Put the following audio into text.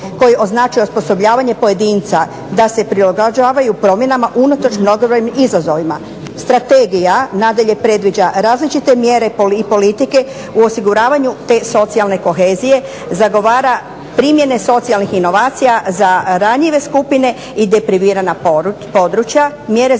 koji označuje osposobljavanje pojedinca da se prilagođavaju promjenama unatoč mnogobrojnim izazovima. Strategija nadalje predviđa različite mjere politike u osiguravanju te socijalne kohezije, zagovara primjene socijalnih inovacija za ranjive skupine i deprivirana područja, mjere za